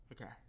Okay